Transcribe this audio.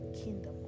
kingdom